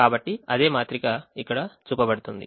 కాబట్టి అదే మాత్రిక ఇక్కడ చూపబడుతుంది